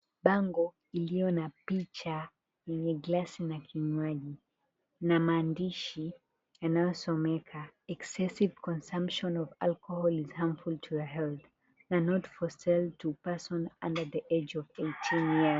Bango iliyo na picha yenye glasi na kinywaji, na maandishi yanayosomeka: EXCESSIVE CONSUMPTION OF ALCOHOL IS HARMFUL YO YOUR HEALTH, na NOT FOR SALE TO PERSON UNDER THE AGE OF 18 YEARS.